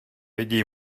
vidí